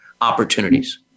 opportunities